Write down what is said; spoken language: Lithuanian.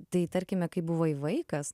tai tarkime kai buvai vaikas